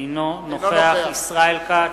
אינו נוכח ישראל כץ,